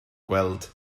gweld